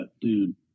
dude